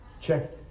Check